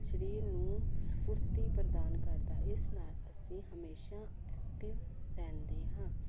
ਸਰੀਰ ਨੂੰ ਸਫੁਰਤੀ ਪ੍ਰਦਾਨ ਕਰਦਾ ਇਸ ਨਾਲ ਅਸੀਂ ਹਮੇਸ਼ਾ ਐਕਟਿਵ ਰਹਿੰਦੇ ਹਾਂ